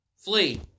Flee